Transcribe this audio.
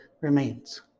remains